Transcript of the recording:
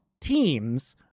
teams